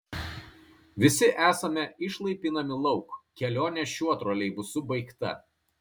visi esame išlaipinami lauk kelionė šiuo troleibusu baigta